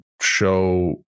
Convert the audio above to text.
show